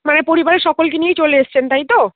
মানে পরিবারের সকলকে নিয়েই চলে এসেছেন তাই তো